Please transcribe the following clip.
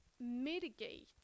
mitigate